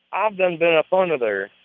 i've done been up under there.